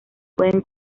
pueden